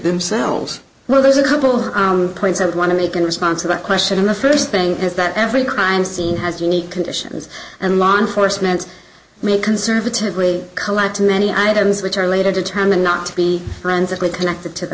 themselves well there's a couple of points i want to make in response to that question and the first thing is that every crime scene has unique conditions and law enforcement may conservatively collect many items which are later determined not to be friends with connected to the